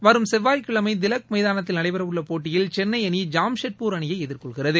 வரும் செவ்வாய் கிழமை திலக் மைதானத்தில் நடைபெறவுள்ள போட்டியில் சென்ளை அணி ஜாம்ஷெட்பூர் அணியை எதிர்கொள்கிறது